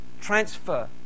transfer